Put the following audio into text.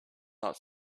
not